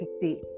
see